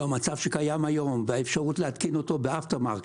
במצב שקיים היום והאפשרות להתקין אותו ב-after market,